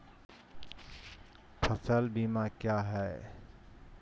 फ़सल बीमा क्या है?